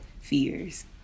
fears